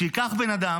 כשהבניין הזה,